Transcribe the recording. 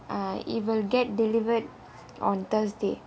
uh it'll get delivered on thursday